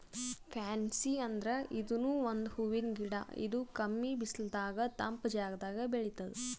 fancy ಅಂದ್ರ ಇದೂನು ಒಂದ್ ಹೂವಿನ್ ಗಿಡ ಇದು ಕಮ್ಮಿ ಬಿಸಲದಾಗ್ ತಂಪ್ ಜಾಗದಾಗ್ ಬೆಳಿತದ್